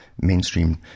Mainstream